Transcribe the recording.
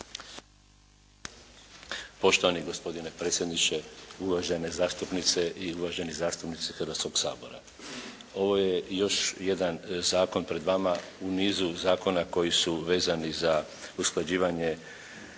Poštovani gospodine predsjedniče, uvažene zastupnice i uvaženi zastupnici Hrvatskoga sabora. Ovo je još jedan zakon pred vama u nizu zakona koji su vezani za usklađivanje